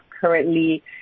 currently